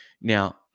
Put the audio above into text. Now